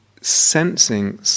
sensing